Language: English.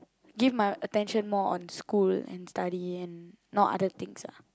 give my attention more on school and study and not other things ah